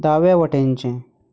दावे वटेनचें